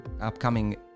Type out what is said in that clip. upcoming